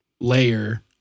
layer